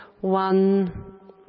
One